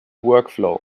workflow